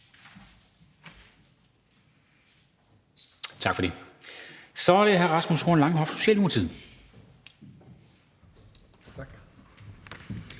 afspritning er det hr. Rasmus Horn Langhoff, Socialdemokratiet. Kl.